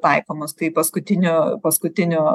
taikomos tai paskutinio paskutinio